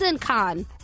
Con